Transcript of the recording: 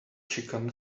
chicken